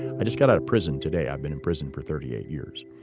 i just got out of prison today. i've been in prison for thirty eight years.